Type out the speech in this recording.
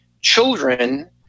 Children